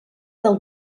del